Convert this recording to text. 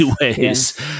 ways